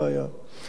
אבל צריך לראות,